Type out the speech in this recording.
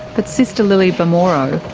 but sister lily barmoro,